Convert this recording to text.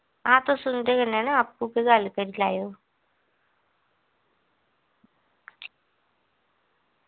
हां तुस उं'दे कन्नै ना आपूं गै गल्ल करी लैएओ